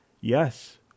Yes